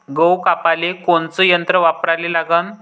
गहू कापाले कोनचं यंत्र वापराले लागन?